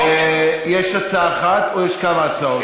יש הצעה אחת, או שיש כמה הצעות?